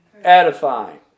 edifying